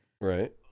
Right